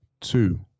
two